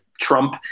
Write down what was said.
Trump